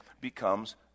becomes